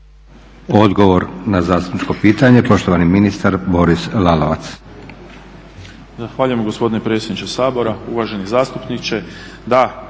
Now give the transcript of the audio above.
Odgovor na zastupničko pitanje, poštovani ministar Boris Lalovac.